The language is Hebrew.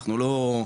אנחנו לא,